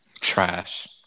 Trash